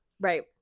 Right